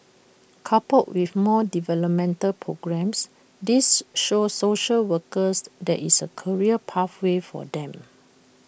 coupled with more developmental programmes this shows social workers there is A career pathway for them